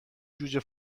جوجه